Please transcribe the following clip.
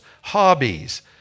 Hobbies